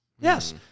Yes